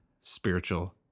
spiritual